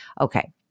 Okay